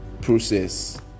process